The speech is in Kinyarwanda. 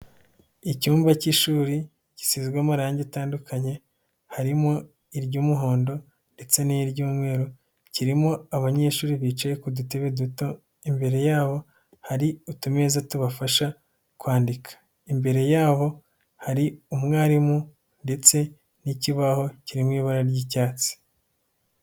Icyumba cy'ishuri gisizwe amarangi atandukanye, harimo iry'umuhondo ndetse n'iry'umweru, kirimo abanyeshuri bicaye ku dutebe duto imbere yabo hari utumeza tubafasha kwandika, imbere yaho hari umwarimu ndetse n'ikibaho kirimo ibara ry'icyatsi.